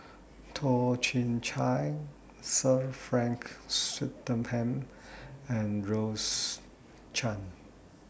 Toh Chin Chye Sir Frank Swettenham and Rose Chan